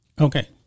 Okay